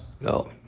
No